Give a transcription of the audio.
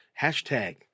Hashtag